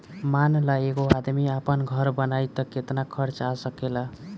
मान ल एगो आदमी आपन घर बनाइ त केतना खर्च आ सकेला